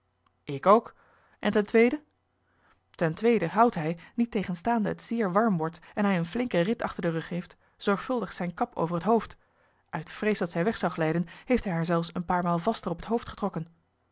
ik ook en ten tweede ten tweede houdt hij niettegenstaande het zeer warm wordt en hij een flinken rit achter den rug heeft zorgvuldig zijne kap over het hoofd uit vrees dat zij weg zou glijden heeft hij haar zelfs een paar maal vaster op het hoofd getrokken